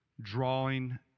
drawing